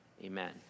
Amen